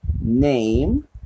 name